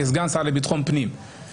כסגן השר לביטחון פנים,